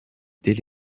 dès